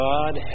God